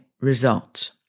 results